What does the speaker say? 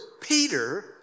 Peter